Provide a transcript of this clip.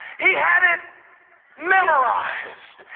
he had it memorized.